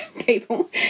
people